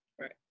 right